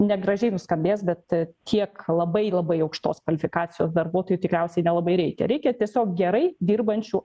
negražiai nuskambės bet tiek labai labai aukštos kvalifikacijos darbuotojų tikriausiai nelabai reikia reikia tiesiog gerai dirbančių